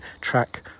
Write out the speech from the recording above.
track